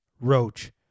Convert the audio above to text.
Roach